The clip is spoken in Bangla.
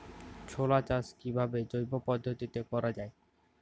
ছোলা চাষ কিভাবে জৈব পদ্ধতিতে করা যায়?